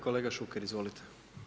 Kolega Šuker, izvolite.